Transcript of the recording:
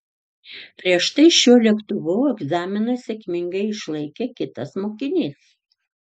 prieš tai šiuo lėktuvu egzaminą sėkmingai išlaikė kitas mokinys